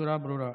בצורה ברורה.